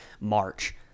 March